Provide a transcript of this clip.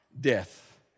Death